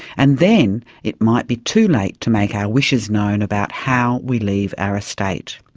and then it might be too late to make our wishes known about how we leave our estate.